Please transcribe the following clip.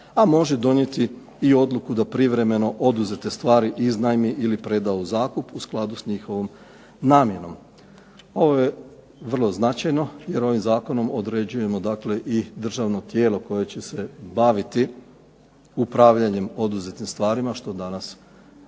a može donijeti i odluku da privremeno oduzete stvari iznajmi ili preda u zakup u skladu sa njihovom namjenom. Ovo je vrlo značajno jer ovim Zakonom određujemo dakle i državno tijelo koje će se baviti upravljanjem oduzetim stvarima što danas nemamo